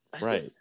Right